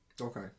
Okay